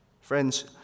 Friends